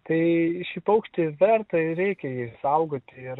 tai šį paukštį verta ir reikia jį saugoti ir